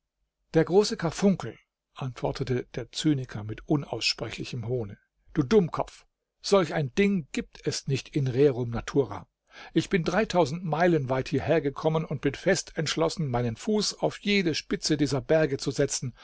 der große karfunkel antwortete der zyniker mit unaussprechlichem hohne du dummkopf solch ein ding gibt es nicht in rerum natura ich bin dreitausend meilen weit hierher gekommen und bin fest entschlossen meinen fuß auf jede spitze dieser berge zu setzen